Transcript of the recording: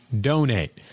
donate